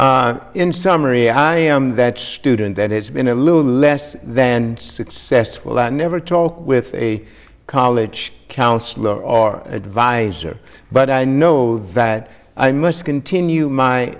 you in summary i am that student that has been a little less than successful i never talked with a college counsellor or advisor but i know that i must continue my